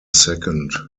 second